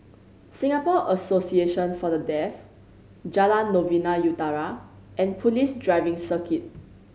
Singapore Association For The Deaf Jalan Novena Utara and Police Driving Circuit